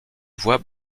voix